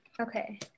okay